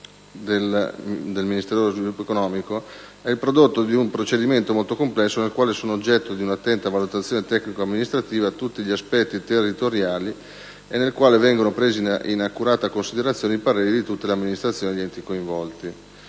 del Ministero dello sviluppo economico è il prodotto di un procedimento molto complesso nel quale sono oggetto di un'attenta valutazione tecnico-amministrativa tutti gli aspetti territoriali e nel quale vengono presi in accurata considerazione i pareri di tutte le amministrazioni e degli enti coinvolti.